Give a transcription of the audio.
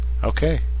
Okay